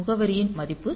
முகவரியின் மதிப்பு 8